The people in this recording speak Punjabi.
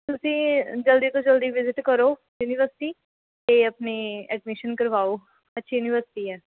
ਤੁਸੀਂ ਜਲਦੀ ਤੋਂ ਜਲਦੀ ਵਿਜ਼ਿਟ ਕਰੋ ਯੂਨੀਵਰਸਿਟੀ ਅਤੇ ਆਪਣੀ ਐਡਮਿਸ਼ਨ ਕਰਵਾਓ ਅੱਛੀ ਯੂਨੀਵਰਸਿਟੀ ਹੈ